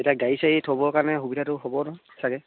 এতিয়া গাড়ী চাড়ি থ'বৰ কাৰণে সুবিধাটো হ'ব নহয় চাগে